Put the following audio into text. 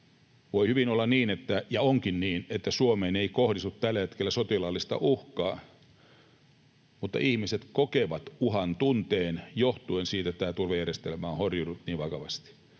ja onkin niin — että Suomeen ei kohdistu tällä hetkellä sotilaallista uhkaa, mutta ihmiset kokevat uhan tunteen johtuen siitä, että tämä turvajärjestelmä on horjunut niin vakavasti.